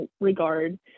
regard